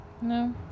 No